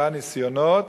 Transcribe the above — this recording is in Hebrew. עשרה ניסיונות,